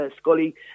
Scully